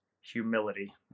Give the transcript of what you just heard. humility